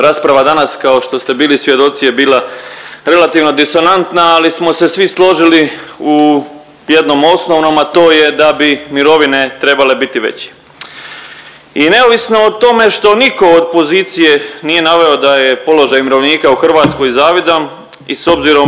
Rasprava danas, kao što ste bili svjedoci je bila relativno disonantna, ali smo se svi složili u jednom osnovnom, a to je da bi mirovine trebale biti veće. I neovisno o tome što nitko od pozicije nije naveo da je položaj umirovljenika u Hrvatskoj zavidan i s obzirom